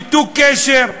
ניתוק קשר.